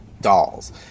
dolls